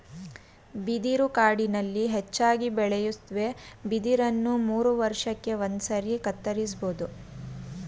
ಬಿದಿರು ಕಾಡಿನಲ್ಲಿ ಹೆಚ್ಚಾಗಿ ಬೆಳೆಯುತ್ವೆ ಬಿದಿರನ್ನ ಮೂರುವರ್ಷಕ್ಕೆ ಒಂದ್ಸಾರಿ ಕತ್ತರಿಸ್ಬೋದು